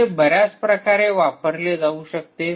हे बऱ्याच प्रकारे वापरले जाऊ शकते